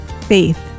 faith